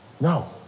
No